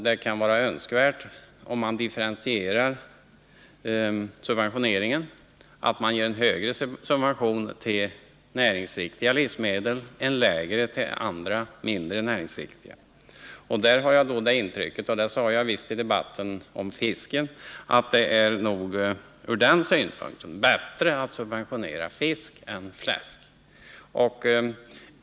Det kan vara önskvärt med en differentiering av subventionerna så att näringsriktiga livsmedel får högre subventioner än andra, mindre näringsriktiga. Ur den synpunkten har jag intrycket, vilket jag visst sade i debatten om fisken, att det är bättre att subventionera fisk än fläsk.